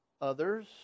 others